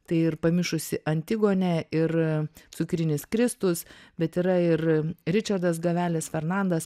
tai ir pamišusi antigonė ir cukrinis kristus bet yra ir ričardas gavelis fernandas